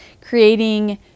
creating